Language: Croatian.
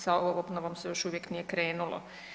Sa obnovom se još uvijek nije krenulo.